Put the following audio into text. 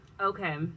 okay